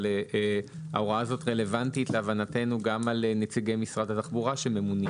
להבנתנו ההוראה הזאת רלוונטית גם לנציגי משרד התחבורה שממונים